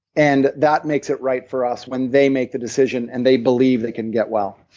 and that makes it right for us when they make the decision and they believe they can get well